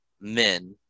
men